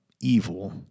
evil